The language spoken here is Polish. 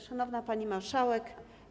Szanowna Pani Marszałek!